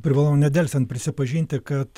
privalau nedelsiant prisipažinti kad